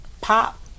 pop